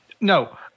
No